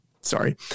sorry